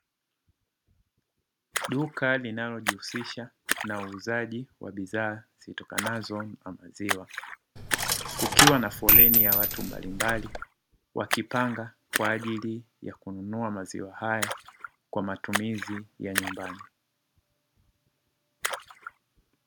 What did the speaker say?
Duka linalojihusisha na uuzaji wa bidhaa zitokanazo na maziwa kukiwa na foleni ya watu mbali mbali wakipanga kwa ajili ya kununua maziwa haya kwa matumizi ya nyumbani.